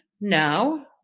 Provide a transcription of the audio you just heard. no